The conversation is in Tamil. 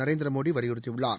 நரேந்திரமோடிவலியுறுத்தியுள்ளார்